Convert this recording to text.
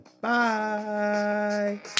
Bye